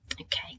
Okay